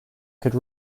could